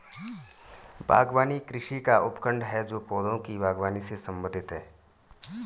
बागवानी कृषि का उपखंड है जो पौधों की बागवानी से संबंधित है